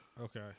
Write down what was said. Okay